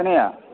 खोनाया